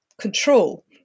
control